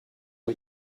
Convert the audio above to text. ont